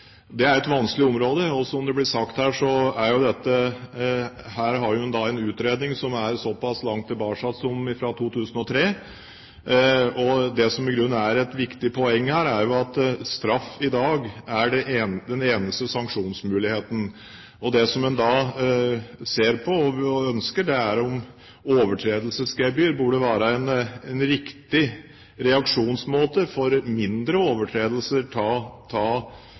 Det er et vanskelig område, og som det ble sagt, har man her en utredning som er fra såpass langt tilbake som 2003. Det som er et viktig poeng, er at straff i dag er den eneste sanksjonsmuligheten. Det en da ser på, og ønsker, er om overtredelsesgebyr burde være en riktig reaksjonsmåte for mindre overtredelser